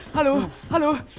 hello hello!